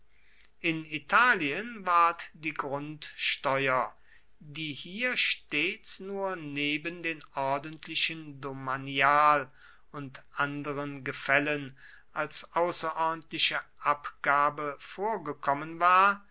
in italien ward die grundsteuer die hier stets nur neben den ordentlichen domanial und anderen gefällen als außerordentliche abgabe vorgekommen war